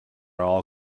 all